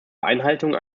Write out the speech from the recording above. einhaltung